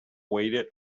waited